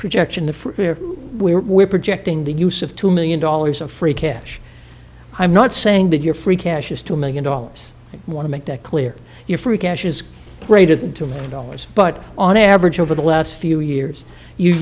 projection the here we were projecting the use of two million dollars of free cash i'm not saying that your free cash is two million dollars i want to make that clear your free cash is greater than two million dollars but on average over the last few years you